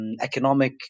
economic